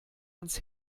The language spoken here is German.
ans